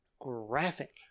graphic